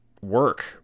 work